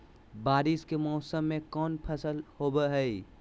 बारिस के मौसम में कौन फसल होबो हाय?